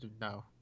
No